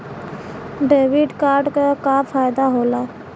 Debit card क का फायदा हो ला?